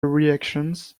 reactions